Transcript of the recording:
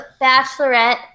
bachelorette